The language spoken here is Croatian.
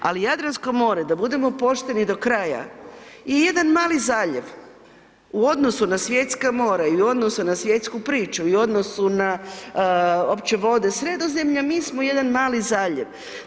Ali Jadransko more, da budemo pošteni do kraja i jedan mali zaljev u odnosu na svjetska mora i u odnosu na svjetsku priču i u odnosu na opće vode Sredozemlja mi smo jedan mali zaljev.